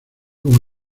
como